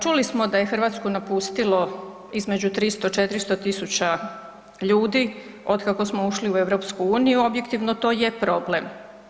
Čuli smo da je Hrvatsku napustilo između 300, 400 000 ljudi otkako smo ušli u EU, objektivno to je problem.